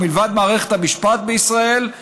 ומלבד מערכת המשפט בישראל,